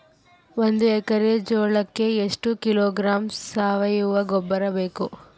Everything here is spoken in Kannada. ಒಂದು ಎಕ್ಕರೆ ಜೋಳಕ್ಕೆ ಎಷ್ಟು ಕಿಲೋಗ್ರಾಂ ಸಾವಯುವ ಗೊಬ್ಬರ ಬೇಕು?